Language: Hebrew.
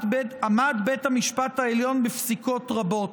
עמד בית המשפט העליון בפסיקות רבות.